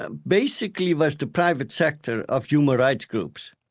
ah basically was the private sector of human rights groups.